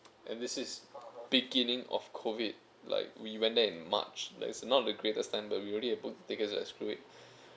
and this is beginning of COVID like we went there in march like it's not the greatest time but we already have booked tickets like screw it